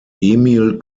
emil